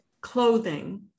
clothing